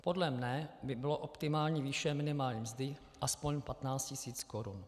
Podle mne by byla optimální výše minimální mzdy aspoň 15 tisíc korun.